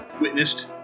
witnessed